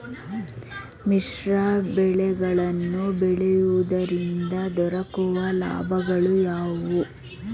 ಮಿಶ್ರ ಬೆಳೆಗಳನ್ನು ಬೆಳೆಯುವುದರಿಂದ ದೊರಕುವ ಲಾಭಗಳು ಯಾವುವು?